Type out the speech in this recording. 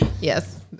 yes